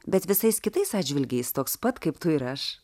bet visais kitais atžvilgiais toks pat kaip tu ir aš